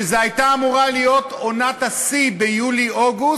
כשזו הייתה אמורה להיות עונת השיא, ביולי-אוגוסט,